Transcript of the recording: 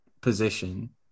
position